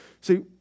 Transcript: See